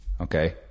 Okay